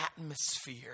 atmosphere